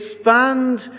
expand